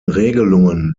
regelungen